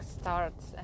starts